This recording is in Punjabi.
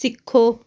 ਸਿੱਖੋ